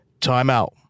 timeout